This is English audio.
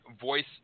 voice